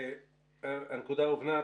הנקודה הובנה.